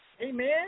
Amen